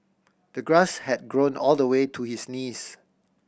the grass had grown all the way to his knees